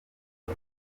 uko